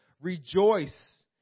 Rejoice